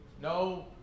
no